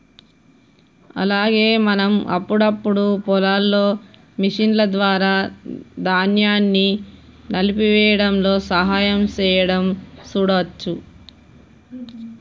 అలాగే మనం అప్పుడప్పుడు పొలాల్లో మిషన్ల ద్వారా ధాన్యాన్ని నలిపేయ్యడంలో సహాయం సేయడం సూడవచ్చు